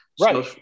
Right